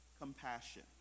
compassion